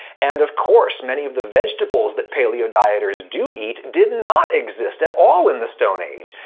and, of course, many of the vegetables that paleo dieters do eat did not exist at all in the stone age.